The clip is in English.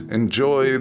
enjoy